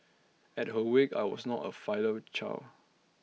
at her wake I was not A filial